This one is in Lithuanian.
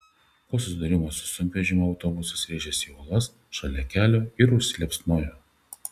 po susidūrimo su sunkvežimiu autobusas rėžėsi į uolas šalia kelio ir užsiliepsnojo